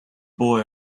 boy